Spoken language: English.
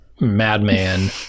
madman